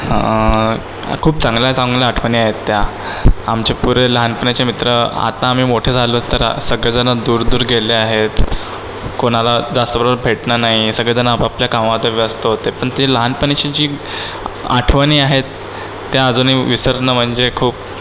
खूप चांगल्या चांगल्या आठवणी आहेत त्या आमच्या पुरे लहानपणीच्या मित्र आता आम्ही मोठे झालो तर सगळेजण दूर दूर गेले आहेत कोणाला जास्त बरोबर भेटणं नाही सगळेजण आपापल्या कामात व्यस्त होते पण ते लहानपणीचे जी आठवणी आहेत त्या अजूनही विसरणे म्हणजे खूप